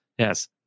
Yes